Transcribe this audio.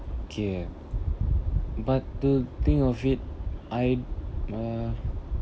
okay but the thing of it I'd uh